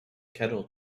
kettle